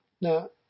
Now